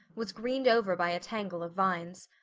was greened over by a tangle of vines.